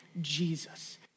Jesus